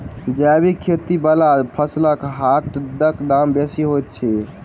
जैबिक खेती बला फसलसबक हाटक दाम बेसी होइत छी